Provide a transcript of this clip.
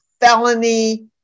felony